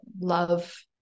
love